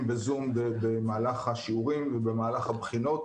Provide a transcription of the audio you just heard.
בזום במהלך השיעורים ובמהלך הבחינות,